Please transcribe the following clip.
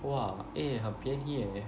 !wah! eh 很便宜 eh